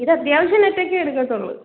ഇത് അത്യാവശ്യം നെറ്റൊക്കെയേ എടുക്കത്തുള്ളൂ